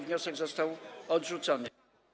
Wniosek został odrzucony.